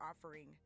offering